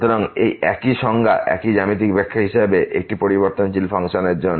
সুতরাং এই একই সংজ্ঞা একই জ্যামিতিক ব্যাখ্যা হিসাবে আছে একটি পরিবর্তনশীল ফাংশন এর জন্য